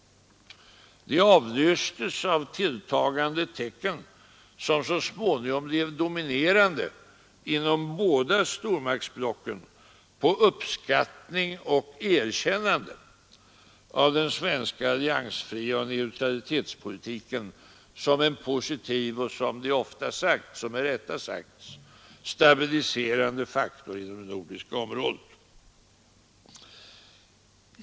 Det avlöstes av tilltagande tecken, som så småningom blev dominerande inom båda stormaktsblocken, på uppskattning och erkännande av den svenska alliansfria neutralitetspolitiken som en positiv och — som det ofta och med rätta sagts — stabiliserande faktor i det nordiska området.